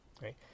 right